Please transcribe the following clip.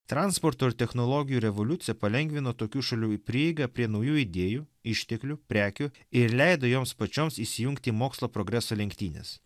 transporto ir technologijų revoliucija palengvino tokių šalių į prieigą prie naujų idėjų išteklių prekių ir leido joms pačioms įsijungti į mokslo progreso lenktynes